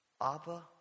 Abba